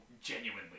genuinely